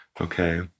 okay